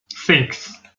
six